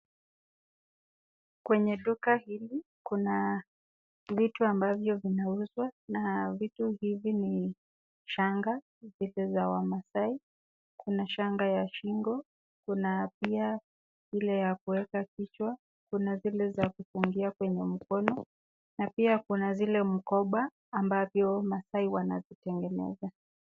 Kwenye duka hili kuna vitu ambavyo vinauzwa na vitu hivi ni shanga hizi za wamaasai, kuna shanga ya shingo, kuna pia ile ya kuweka kichwa, kuna zile za kufungia mkono na pia kuna ile mikoba ambayo masaai wanaitengeneza.